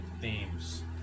themes